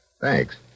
thanks